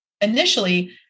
initially